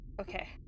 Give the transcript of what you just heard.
Okay